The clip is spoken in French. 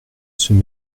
ceux